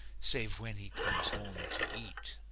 save when he comes home to eat.